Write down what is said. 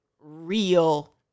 real